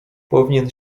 powinien